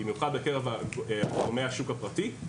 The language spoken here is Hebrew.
במיוחד בקרב גורמי השוק הפרטי,